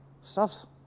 stuff's